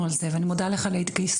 על זה ואני מודה לך על ההתגייסות,